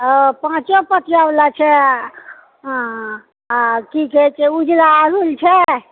ओ पाँचो पतिया वाला छै आ हँ आ की कहै छै उजरा अड़हुल छै